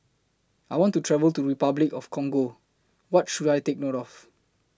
I want to travel to Repuclic of The Congo What should I Take note of